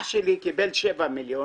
אח שלי קיבל שבעה מיליון.